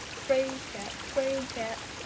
fraid-cat! fraid-cat!